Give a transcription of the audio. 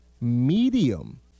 medium